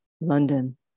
London